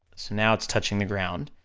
so now it's touching the ground,